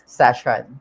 session